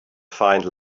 find